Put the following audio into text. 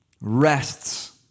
rests